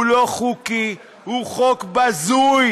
הוא לא חוקי, הוא חוק בזוי,